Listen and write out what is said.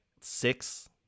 six